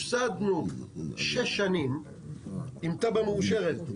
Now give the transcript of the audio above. הפסדנו שש שנים עם תב"ע מאושרת,